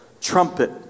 trumpet